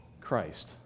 Christ